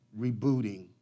rebooting